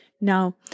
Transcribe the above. Now